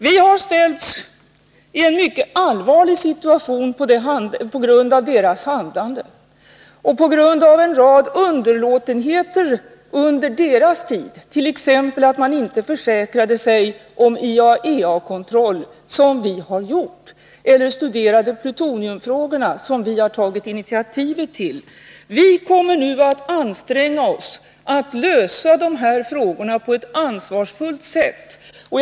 Vi har ställts i en mycket allvarlig situation på grund av en rad underlåtenheter under de tidigare regeringarnas tid, t.ex. att man inte försäkrade sig om IAEA-kontroll, som vi har gjort, eller, som vi har tagit initiativet till, studerade plutoniumfrågorna. Vi kommer nu att anstränga oss att på ett ansvarsfullt sätt lösa de här frågorna.